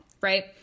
right